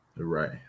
Right